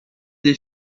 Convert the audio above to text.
des